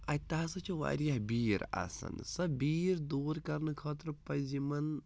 اَتہِ تہِ ہَسا چھِ واریاہ بیٖر آسان سۄ بیٖر دوٗر کرنہٕ خٲطرٕ پَزِ یِمَن